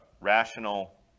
rational